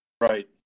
right